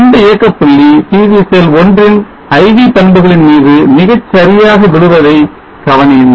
இந்த இயக்கப்புள்ளி PV cell 1 ன் IV பண்புகளின் மீது மிகச் சரியாக விழுவதை கவனியுங்கள்